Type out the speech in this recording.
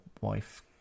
wife